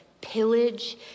pillage